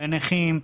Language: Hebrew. לנכים,